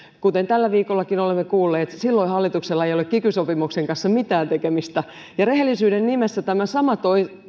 kuten tällä viikollakin olemme kuulleet silloin hallituksella ei ole kiky sopimuksen kanssa mitään tekemistä ja rehellisyyden nimessä tämä sama